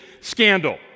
scandal